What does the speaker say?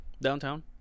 downtown